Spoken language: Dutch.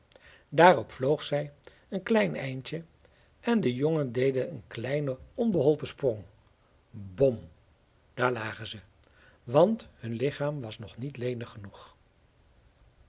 daarop vloog zij een klein eindje en de jongen deden een kleinen onbeholpen sprong bom daar lagen ze want hun lichaam was nog niet lenig genoeg